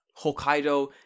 hokkaido